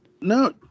No